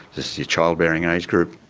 this is your childbearing age group.